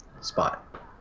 spot